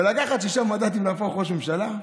לקחת שישה מנדטים ולהפוך לראש ממשלה,